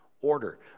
order